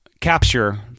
capture